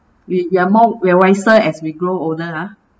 we we are more wiser as we grow older ah